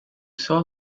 saw